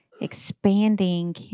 expanding